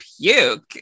puke